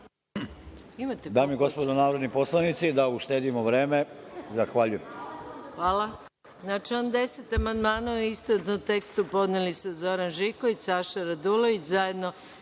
Dame i gospodo narodni poslanici, da uštedimo vreme. Zahvaljujem. **Maja